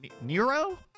Nero